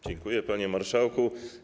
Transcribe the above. Dziękuję, panie marszałku.